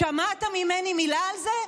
שמעת ממני מילה על זה?